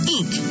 Inc